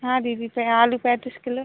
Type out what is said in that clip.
हाँ दीदी आलू पैंतीस किलो